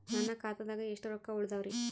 ನನ್ನ ಖಾತಾದಾಗ ಎಷ್ಟ ರೊಕ್ಕ ಉಳದಾವರಿ?